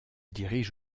dirige